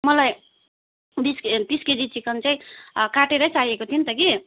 मलाई बिस के तिस केजी चिकन चाहिँ काटेरै चाहिएको थियो नि त कि